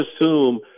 assume